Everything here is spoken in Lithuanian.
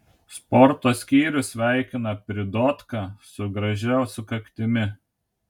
sporto skyrius sveikina pridotką su gražia sukaktimi